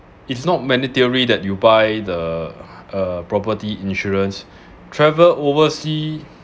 it's not many theory that you buy the uh property insurance travel oversea